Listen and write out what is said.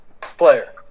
Player